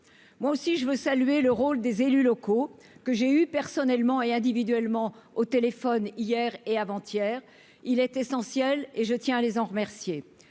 moi aussi, saluer le rôle des élus locaux, que j'ai eus, personnellement et individuellement, au téléphone, hier et avant-hier. Leur rôle est essentiel et je tiens à les remercier.